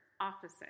opposite